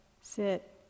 sit